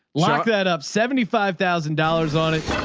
lock that up. seventy five thousand dollars on it.